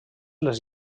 les